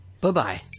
Bye-bye